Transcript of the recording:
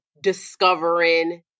discovering